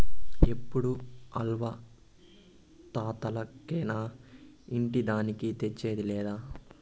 ఎప్పుడూ అవ్వా తాతలకేనా ఇంటి దానికి తెచ్చేదా లేదా